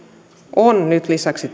on nyt lisäksi